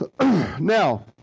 Now